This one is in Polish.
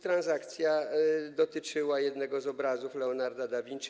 Transakcja dotyczyła jednego z obrazów Leonarda da Vinci.